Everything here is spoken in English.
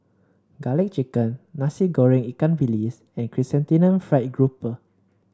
Garlic Chicken Nasi Goreng Ikan Bilis and Chrysanthemum Fried Grouper